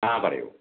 ആ പറയൂ